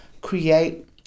create